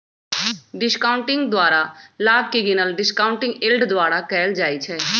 discounting द्वारा लाभ के गिनल डिस्काउंटिंग यील्ड द्वारा कएल जाइ छइ